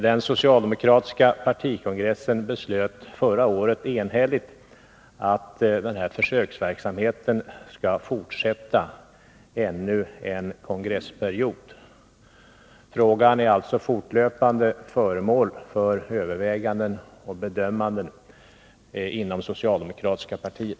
Den socialdemokratiska partikongressen beslöt förra året enhälligt att den här försöksverksamheten skall fortsätta ännu en kongressperiod. Frågan är alltså fortlöpande föremål för överväganden och bedömanden inom det socialdemokratiska partiet.